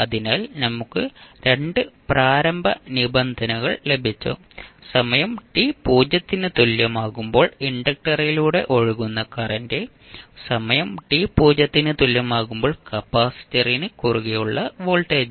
അതിനാൽ നമുക്ക് 2 പ്രാരംഭ നിബന്ധനകൾ ലഭിച്ചു സമയം t 0 ന് തുല്യമാകുമ്പോൾ ഇൻഡക്റ്ററിലൂടെ ഒഴുകുന്ന കറന്റ് സമയം t 0 ന് തുല്യമാകുമ്പോൾ കപ്പാസിറ്ററിന് കുറുകെയുള്ള വോൾട്ടേജ്